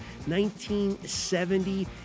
1970